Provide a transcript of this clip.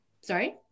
Sorry